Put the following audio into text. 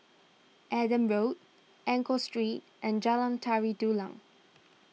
Adam Road Enggor Street and Jalan Tari Dulang